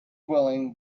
willing